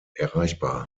erreichbar